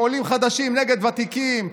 עולים חדשים נגד ותיקים,